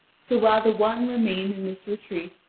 so while the one remained in this retreat,